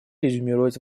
резюмировать